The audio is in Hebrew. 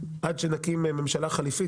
עד שנקים ממשלה חליפית.